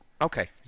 Okay